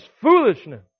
foolishness